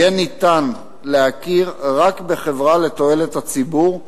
יהיה ניתן להכיר רק בחברה לתועלת הציבור,